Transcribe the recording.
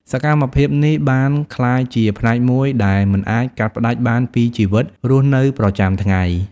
សកម្មភាពនេះបានក្លាយជាផ្នែកមួយដែលមិនអាចកាត់ផ្ដាច់បានពីជីវិតរស់នៅប្រចាំថ្ងៃ។